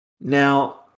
Now